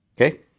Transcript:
Okay